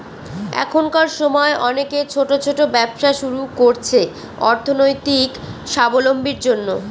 এখনকার সময় অনেকে ছোট ছোট ব্যবসা শুরু করছে অর্থনৈতিক সাবলম্বীর জন্য